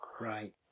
Right